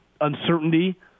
uncertainty